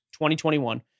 2021